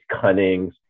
cunning